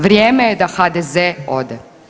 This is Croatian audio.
Vrijeme je da HDZ ode.